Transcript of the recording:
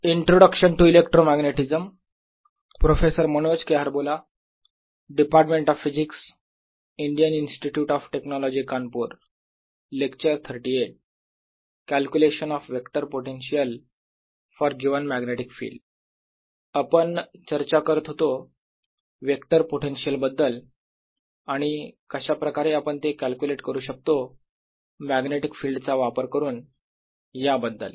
calculation of vector potential for given magnetic field आपण चर्चा करत होतो वेक्टर पोटेन्शियल बद्दल आणि कशा प्रकारे आपण ते कॅल्क्युलेट करू शकतो मॅग्नेटिक फिल्ड चा वापर करून याबद्दल